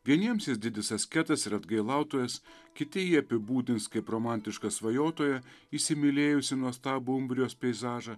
vieniems jis didis asketas ir atgailautojas kiti jį apibūdins kaip romantišką svajotoją įsimylėjusi nuostabų umbrijos peizažą